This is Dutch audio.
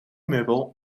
meubel